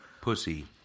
Pussy